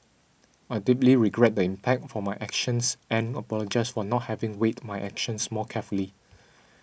I deeply regret the impact for my actions and apologise for not having weighed my actions more carefully